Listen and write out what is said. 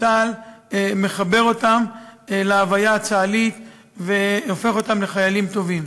צה"ל מחבר אותם להוויה הצה"לית והופך אותם לחיילים טובים.